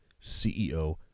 CEO